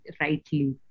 rightly